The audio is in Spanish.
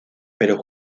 pero